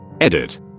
Edit